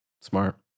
smart